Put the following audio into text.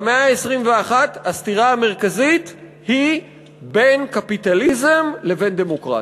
במאה ה-21 הסתירה המרכזית היא בין קפיטליזם לבין דמוקרטיה.